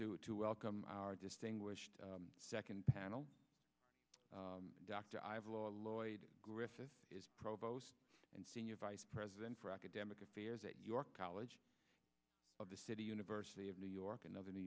to to welcome our distinguished second panel dr i have a lot of lloyd griffith is provost and senior vice president for academic affairs at york college of the city university of new york another new